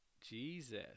Jesus